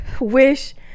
wish